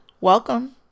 welcome